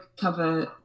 cover